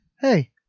Hey